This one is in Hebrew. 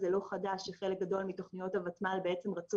זה לא חדש שחלק גדול מתכניות הוותמ"ל רצו